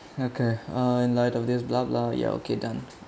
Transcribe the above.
okay uh in light of this blah blah ya okay done